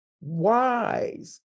wise